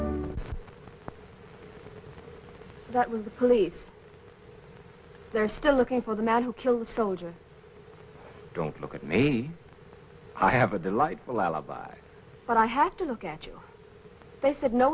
thing that was the police they're still looking for the man who killed the soldier don't look at me i have a delightful alibi but i have to look at you they said no